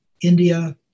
India